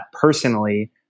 personally